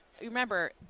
remember